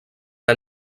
que